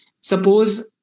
suppose